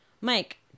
Mike